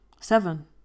Seven